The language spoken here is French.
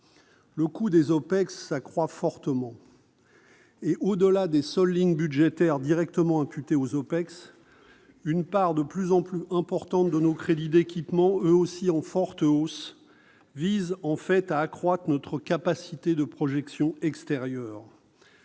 Le coût des OPEX augmente fortement. Au-delà des seules lignes budgétaires directement imputées à ces opérations, une part de plus en plus importante de nos crédits d'équipement, eux aussi en forte hausse, vise en fait à accroître notre capacité de projection extérieure.